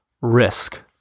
risk